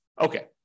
okay